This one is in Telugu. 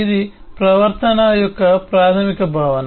ఇది ప్రవర్తన యొక్క ప్రాథమిక భావన